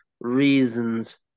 reasons